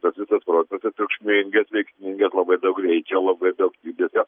tas visas procesas triukšmingas veiksmingas labai daug greičio labai daug judesio